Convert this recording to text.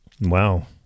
Wow